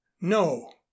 no